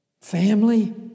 Family